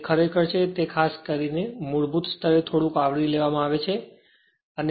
તેથી તે ખરેખર તે છે જે ખાસ કરીને મૂળભૂત સ્તરે થોડુંક આવરી લેવામાં આવે છે